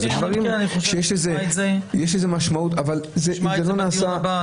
נשמע את זה בדיון הבא.